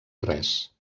res